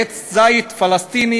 עץ זית פלסטיני,